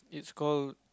it's called